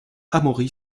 amaury